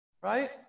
Right